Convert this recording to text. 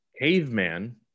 caveman